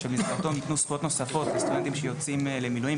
שבזכותו ניתנו זכויות נוספות לסטודנטים שיוצאים למילואים,